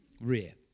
Rear